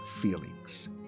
feelings